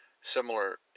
similar